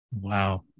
wow